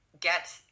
get